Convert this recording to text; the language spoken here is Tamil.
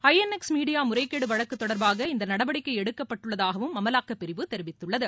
ஐ என் எக்ஸ் மீடியா முறைகேடு வழக்கு தொடர்பாக இந்த நடவடிக்கை எடுக்கப்பட்டுள்ளதாகவும் அமலாக்கப் பிரிவு தெரிவித்துள்ளது